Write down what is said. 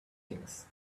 things